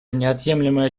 неотъемлемая